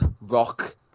rock